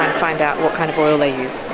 um find out what kind of oil they use.